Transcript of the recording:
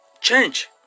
change